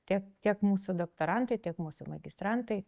tiek tiek mūsų doktorantai tiek mūsų magistrantai